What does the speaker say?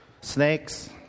Snakes